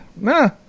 nah